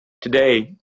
Today